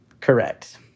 Correct